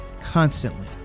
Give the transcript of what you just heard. constantly